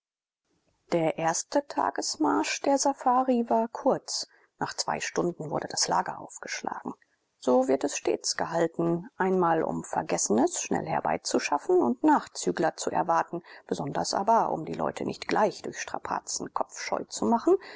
der erste tagesmarsch der safari war kurz nach zwei stunden wurde das lager aufgeschlagen so wird es stets gehalten einmal um vergessenes schnell herbeizuschaffen und nachzügler zu erwarten besonders aber um die leute nicht gleich durch strapazen kopfscheu zu machen